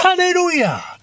Hallelujah